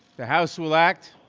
the house will act